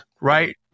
right